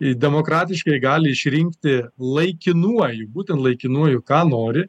i demokratiškai gali išrinkti laikinuoju būtent laikinuoju ką nori